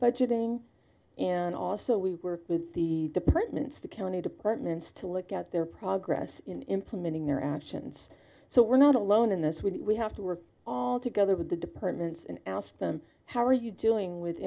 shooting and also we work with the departments the county departments to look at their progress in implementing their actions so we're not alone in this we have to work all together with the departments and asked them how are you doing with